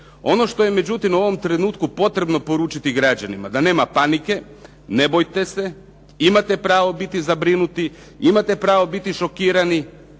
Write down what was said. Ono što je međutim u ovom trenutku potrebno poručiti građanima da nema panike, ne bojte se, imate pravo biti zabrinuti, imate pravo biti šokirani,